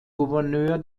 gouverneur